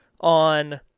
on